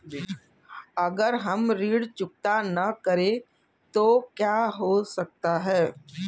अगर हम ऋण चुकता न करें तो क्या हो सकता है?